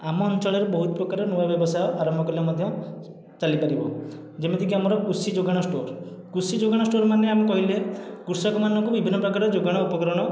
ଆମ ଅଞ୍ଚଳରେ ବହୁତ ପ୍ରକାର ନୂଆ ବ୍ୟବସାୟ ଆରମ୍ଭ କଲେ ମଧ୍ୟ ଚାଲି ପାରିବ ଯେମିତି କି ଆମର କୃଷି ଯୋଗାଣ ଷ୍ଟୋର କୃଷି ଯୋଗାଣ ଷ୍ଟୋର ମାନେ ଆମେ କହିଲେ କୃଷକ ମାନଙ୍କୁ ବିଭିନ୍ନ ପ୍ରକାର ଯୋଗାଣ ଉପକରଣ